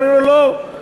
אומרים לו: לא.